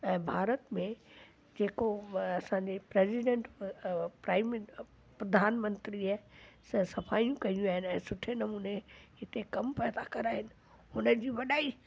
ऐं भारत में जेको असांजे प्रैज़ीडैंट प्राइम मिन प्रधान मंत्रीअ स सफाई कयूं आहिनि ऐं सुठे नमूने हिते कम पैदा करा इन हुननि जी वॾाई